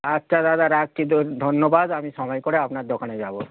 আচ্ছা দাদা রাখছি ধন্যবাদ আমি সময় করে আপনার দোকানে যাবো